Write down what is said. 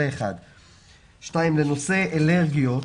דבר שני, לנושא אלרגיות,